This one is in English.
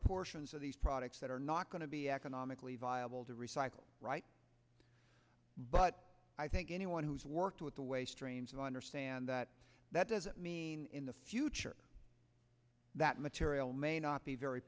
portions of these products that are not going to be economically viable to recycle but i think anyone who's worked with the way strange that understand that that doesn't mean in the future that material may not be very